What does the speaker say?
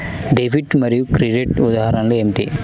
Debit మరియు credit ఉదాహరణలు ఏమిటీ?